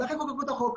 לכן חוקקו את החוק.